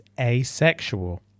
asexual